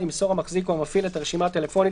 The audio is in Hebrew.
ימסור המחזיק או המפעיל את הרשימה הטלפונית